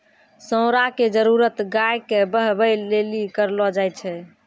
साँड़ा के जरुरत गाय के बहबै लेली करलो जाय छै